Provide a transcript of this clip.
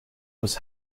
was